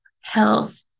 health